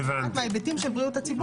מההיבטים של בריאות הציבור.